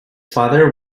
father